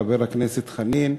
חבר הכנסת חנין,